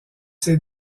ses